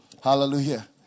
hallelujah